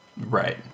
Right